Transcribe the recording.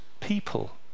people